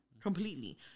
Completely